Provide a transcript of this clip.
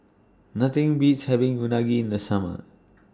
Nothing Beats having Unagi in The Summer